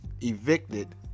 evicted